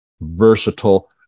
versatile